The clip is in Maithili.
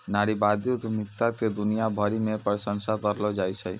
नारीवादी उद्यमिता के दुनिया भरी मे प्रशंसा करलो जाय छै